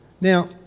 Now